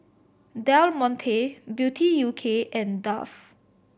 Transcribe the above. Del Monte Beauty U K and Dove